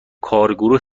کارگروه